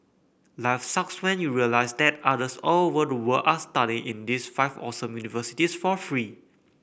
life sucks when you realise that others all over the world are studying in these five awesome universities for free